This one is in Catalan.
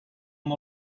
amb